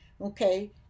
Okay